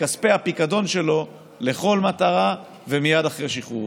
בכספי הפיקדון שלו לכל מטרה, ומייד אחרי שחרורו.